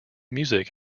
music